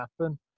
happen